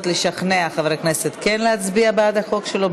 לשכנע חברי כנסת כן להצביע בעד הצעת החוק שלו.